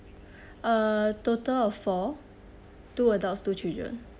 uh total of four two adults two children